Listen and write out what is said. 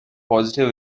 positive